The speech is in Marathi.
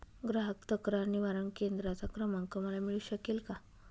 ग्राहक तक्रार निवारण केंद्राचा क्रमांक मला मिळू शकेल का?